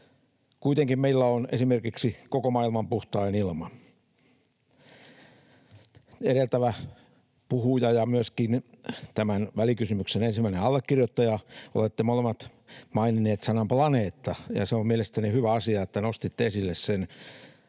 Kuitenkin meillä on esimerkiksi koko maailman puhtain ilma. Edeltävä puhuja ja myöskin tämän välikysymyksen ensimmäinen allekirjoittaja, olette molemmat maininneet sanan planeetta, ja se on mielestäni hyvä asia, että nostitte sen